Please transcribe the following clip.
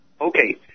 Okay